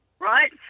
right